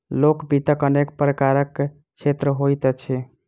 लोक वित्तक अनेक प्रकारक क्षेत्र होइत अछि